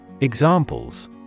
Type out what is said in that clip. Examples